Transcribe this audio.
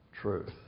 truth